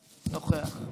נוכח.